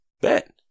Bet